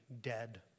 dead